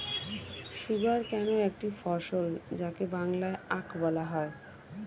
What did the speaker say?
sugarcane একটি ফসল যাকে বাংলায় আখ বলা হয়